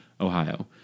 Ohio